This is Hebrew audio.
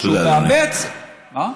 שהוא מאמץ, תודה, אדוני.